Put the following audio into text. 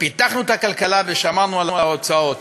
פיתחנו את הכלכלה, ושמרנו על ההוצאות.